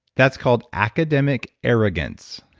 that's called academic arrogance.